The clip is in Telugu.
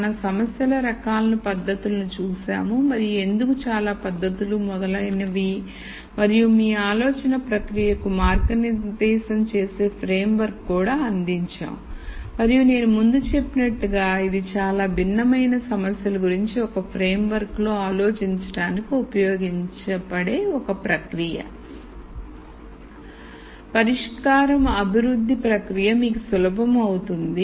మనం సమస్యల రకాలను పద్ధతులను చూశాము మరియు ఎందుకు చాలా పద్ధతులు మొదలైనవి మరియు మీ ఆలోచన ప్రక్రియకు మార్గనిర్దేశం చేసే ఫ్రేమ్వర్క్ కూడా అందించాం మరియు నేను ముందు చెప్పినట్లు ఇది చాలా భిన్నమైన సమస్యల గురించి ఒక ఫ్రేమ్వర్క్ లో ఆలోచించడానికి ఉపయోగపడే ఒక ప్రక్రియ పరిష్కారం అభివృద్ధి ప్రక్రియ మీకు సులభం అవుతుంది